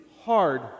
hard